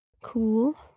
cool